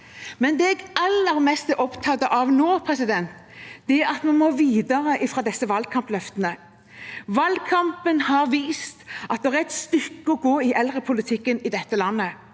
Men det jeg er aller mest opptatt av nå, er at vi må videre fra disse valgkampløftene. Valgkampen har vist at det er et stykke å gå i eldrepolitikken i dette landet.